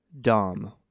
dumb